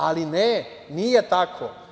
Ali, ne, nije tako.